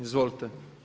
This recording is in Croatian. Izvolite.